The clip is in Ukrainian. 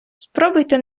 спробуйте